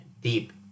deep